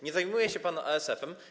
Nie zajmuje się pan ASF-em.